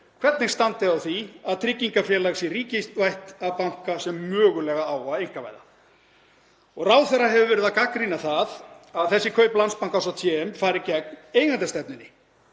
hvernig standi á því að tryggingafélag sé ríkisvætt af banka sem mögulega á að einkavæða. Ráðherra hefur verið að gagnrýna það að þessi kaup Landsbankans á TM fari gegn eigendastefnunni.